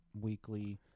weekly